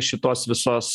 šitos visos